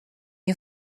you